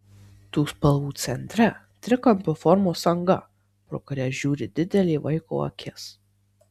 tų spalvų centre trikampio formos anga pro kuria žiūri didelė vaiko akis